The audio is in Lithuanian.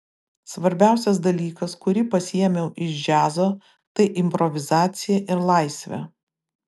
svarbiausias dalykas kurį pasiėmiau iš džiazo tai improvizacija ir laisvė